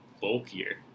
bulkier